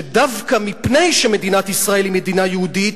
שדווקא מפני שמדינת ישראל היא מדינה יהודית,